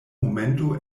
momento